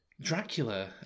Dracula